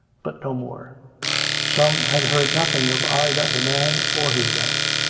but no more some had heard nothing of either the man or his death.